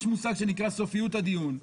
יש מושג שנקרא סופיות הדיון,